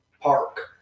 Park